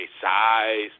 size